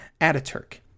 Ataturk